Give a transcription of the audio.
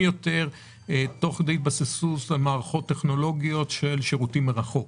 יותר תוך התבססות על מערכות טכנולוגיות של שירותים מרחוק.